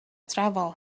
travel